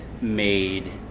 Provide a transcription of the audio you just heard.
made